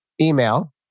email